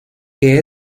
que